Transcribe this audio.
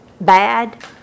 bad